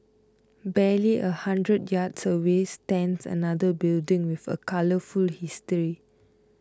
barely a hundred yards away stands another building with a colourful history